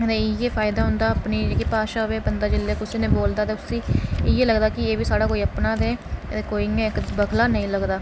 इयै फायदा होंदा अपनी जेह्की भाशा होए जेल्लै कोई डोगरी बोलदा ते उसी इ'यै लगदा के एह् बी साढ़ा कोई अपना ऐ ते बखला नेईं लगदा